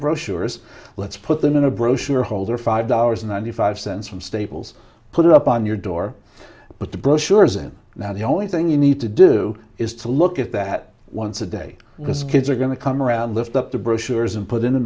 brochures let's put them in a brochure holder five dollars ninety five cents from staples put it up on your door but the brochure isn't that the only thing you need to do is to look at that once a day because kids are going to come around lift up the brochures and put in a